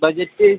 budget